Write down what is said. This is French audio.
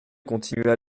continua